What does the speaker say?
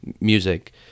music